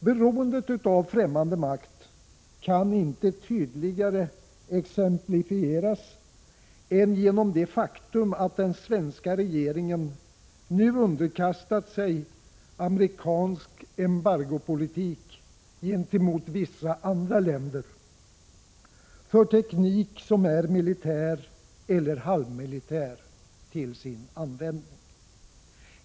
Beroendet av främmande makt kan inte tydligare exemplifieras än genom det faktum att den svenska regeringen nu underkastat sig amerikansk embargopolitik gentemot vissa andra länder i fråga om teknik som är militär eller halvmilitär till sin användning.